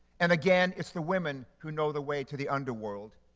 and again, it's the women who know the way to the underworld,